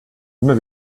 immer